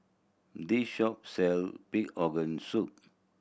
this shop sell pig organ soup